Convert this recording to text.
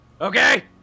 okay